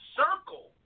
circle